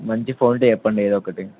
మంచి ఫోన్ ఉంటే చెప్పండి ఏదోకటి